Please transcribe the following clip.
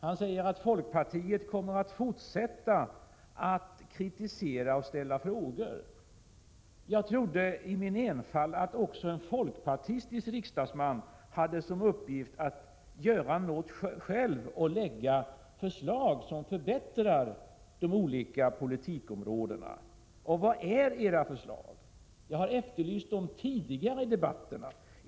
Han säger att folkpartiet kommer att fortsätta att kritisera och ställa frågor. Jag trodde i min enfald att också en folkpartistisk riksdagsman hade till uppgift att göra något själv och väcka förslag för att försöka förbättra de olika politikområdena. Var är era förslag? Jag har efterlyst dem tidigare i debatterna.